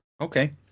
Okay